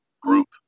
group